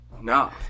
No